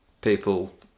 people